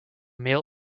mail